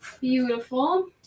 beautiful